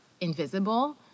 invisible